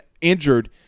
injured –